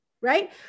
right